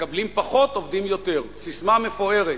מקבלים פחות עובדים יותר, ססמה מפוארת.